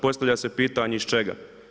Postavlja se pitanje iz čega?